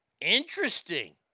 Interesting